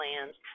plans